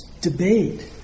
debate